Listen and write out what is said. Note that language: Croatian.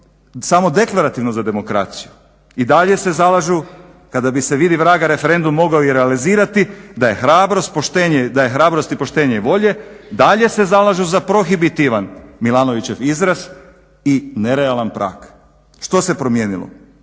za deklarativno samo za demokraciju. I dalje se zalažu kada bi se vidi vraga referendum mogao i realizirati da je hrabrost i poštenje i volje dalje se zalažu za prohibitivan Milanovićev izraz i nerealan prag. Što se promijenilo?